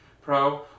Pro